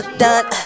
done